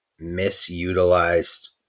misutilized